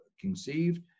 conceived